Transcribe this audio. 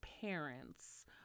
parents